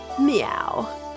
meow